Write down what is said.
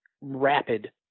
rapid